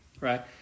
right